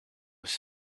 was